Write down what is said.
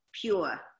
pure